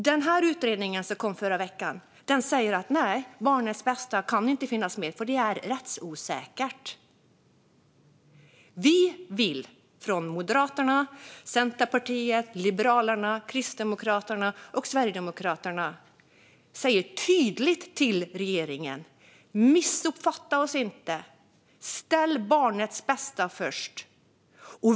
I den utredning som kom förra veckan säger man dock att barnets bästa inte kan finnas med, för det är rättsosäkert. Vi i Moderaterna, Centerpartiet, Liberalerna, Kristdemokraterna och Sverigedemokraterna säger tydligt till regeringen: Missuppfatta oss inte! Sätt barnets bästa främst!